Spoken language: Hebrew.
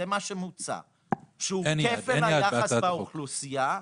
שהוא כפל היחס באוכלוסייה.